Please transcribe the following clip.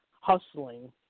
hustling